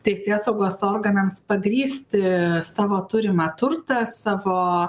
teisėsaugos organams pagrįsti savo turimą turtą savo